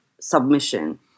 submission